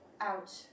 out